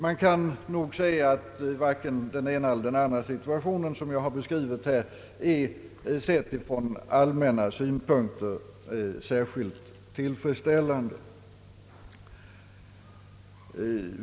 Det kan nog sägas att varken den ena eller den andra situation som jag här har beskrivit är, sedd ur allmänna synpunkter, särskilt tillfredsställande.